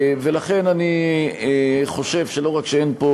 ולכן אני חושב שלא רק שאין פה,